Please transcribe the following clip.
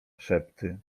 szepty